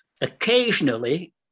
Occasionally